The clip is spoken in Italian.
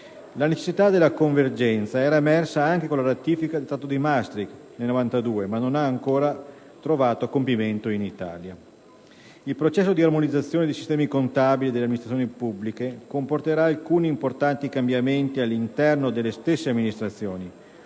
La necessità della convergenza era emersa anche con la ratifica del Trattato di Maastricht nel 1992, ma non ha ancora trovato compimento in Italia. Il processo di armonizzazione dei sistemi contabili delle amministrazioni pubbliche comporterà alcuni importanti cambiamenti all'interno delle stesse amministrazioni,